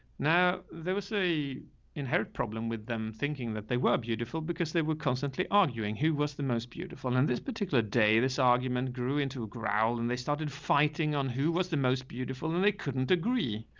now there was a inherent problem with them thinking that they were beautiful because they were constantly arguing who was the most beautiful. and, and this particular day, this argument grew into growl and they started fighting on who was the most beautiful than and they couldn't agree.